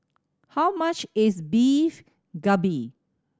how much is Beef Galbi